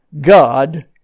God